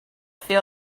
feel